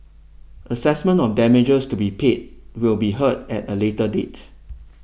assessment of damages to be paid will be heard at a later date